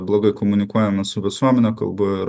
blogai komunikuojame su visuomene kalbu ir